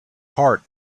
heart